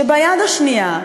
שביד השנייה,